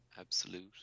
absolute